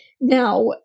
now